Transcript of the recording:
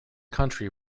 country